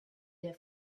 der